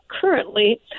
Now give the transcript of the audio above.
currently